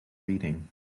reading